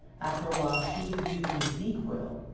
after a while, she was using zzzquil,